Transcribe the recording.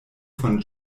von